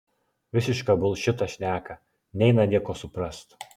visišką bulšitą šneka neina nieko suprast